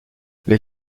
les